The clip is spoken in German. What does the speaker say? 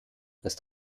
ist